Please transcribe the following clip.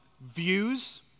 views